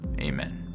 amen